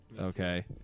Okay